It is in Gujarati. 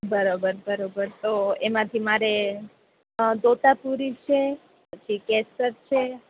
બરોબર બરોબર તો એમાંથી મારે તોતા પૂરી છે પછી કેસર છે